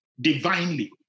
divinely